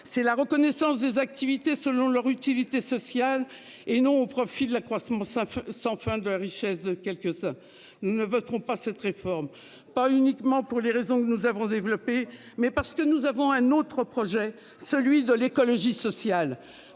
c'est la reconnaissance des activités selon leur utilité sociale et non au profit de l'accroissement ça sans fin de richesse de quelques ça ne voteront pas cette réforme, pas uniquement pour les raisons que nous avons développé mais parce que nous avons un autre projet, celui de l'écologie sociale